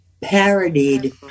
parodied